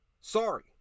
sorry